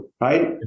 right